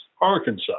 Arkansas